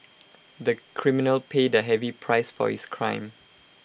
the criminal paid A heavy price for his crime